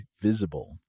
Visible